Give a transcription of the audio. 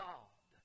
God